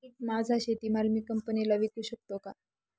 माझा शेतीमाल मी कंपनीला विकू शकतो का?